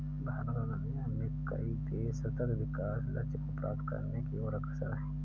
भारत और दुनिया में कई देश सतत् विकास लक्ष्य को प्राप्त करने की ओर अग्रसर है